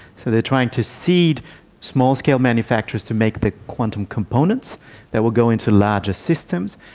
so they are trying to seed small-scale manufacturers to make the quantum components that will go into larger systems,